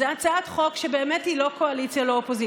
זו הצעת חוק שבאמת היא לא קואליציה ולא אופוזיציה.